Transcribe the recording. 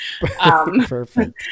Perfect